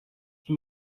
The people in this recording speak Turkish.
iki